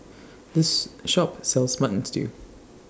This Shop sells Mutton Stew